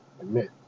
admit